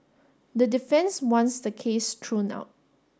the defence wants the case thrown out